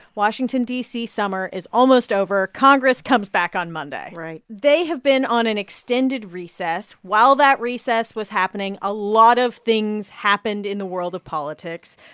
washington, d c, summer is almost over. congress comes back on monday right they have been on an extended recess. while that recess was happening, a lot of things happened in the world of politics.